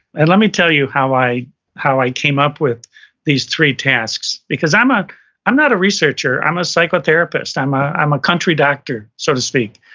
and let me tell you how i how i came up with these three tasks because i'm ah i'm not a researcher, i'm a psychotherapist, i'm i'm a country doctor, so to speak.